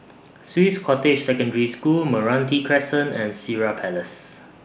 Swiss Cottage Secondary School Meranti Crescent and Sireh Place